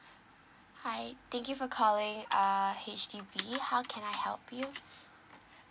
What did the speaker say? hi thank you for calling err H_D_B how can I help you